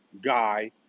guy